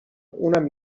اونم